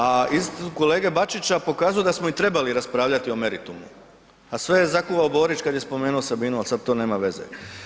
A istup kolege Bačića pokazuje da smo i trebali raspravljati o meritumu a sve je zakuhao Borić kada je spomenuo Sabinu ali sada to nema veze.